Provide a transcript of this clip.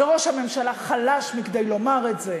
וראש הממשלה חלש מכדי לומר את זה.